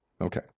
okay